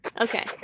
Okay